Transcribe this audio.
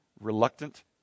reluctant